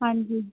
ਹਾਂਜੀ